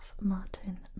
Martin